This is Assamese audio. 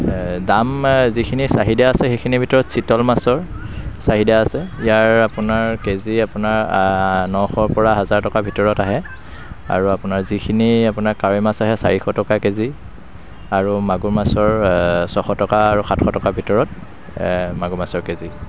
দাম যিখিনি চাহিদা আছে হেইখিনিৰ ভিতৰত চিতল মাছৰ চাহিদা আছে ইয়াৰ আপোনাৰ কেজি আপোনাৰ নশৰ পৰা হাজাৰ টকাৰ ভিতৰত আহে আৰু যিখিনি আপোনাৰ কাৱৈ মাছ আহে চাৰিশ টকা কেজি আৰু মাগুৰ মাছৰ ছশ টকা আৰু সাতশ টকাৰ ভিতৰত মাগুৰ মাছৰ কেজি